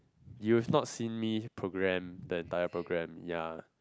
you've not seen me program the entire program ya